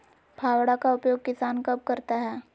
फावड़ा का उपयोग किसान कब करता है?